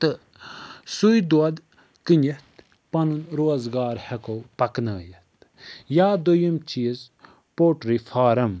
تہٕ سُے دۄد کٕنِتھ پَنُن روزگار ہٮ۪کَو پَکناوِتھ یا دوٚیُم چیٖز پولٹری فارَم